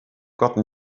gotten